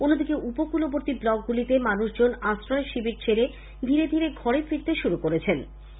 অন্যদিকে উপকলবর্তী ব্লকগুলিতে মানুষজন আশ্রয় শিবির ছেড়ে ধীরে ধীরে ঘরে ফিরতে শুরু করেছেন